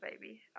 baby